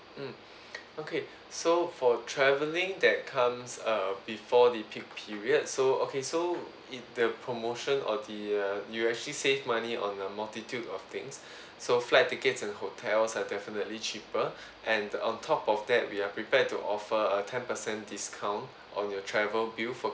mm okay so for travelling that comes err before the peak period so okay so if the promotion or the err you actually save money on a multitude of things so flight tickets and hotels are definitely cheaper and on top of that we are prepared to offer a ten percent discount on your travel bill for